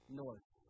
north